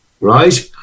right